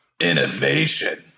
Innovation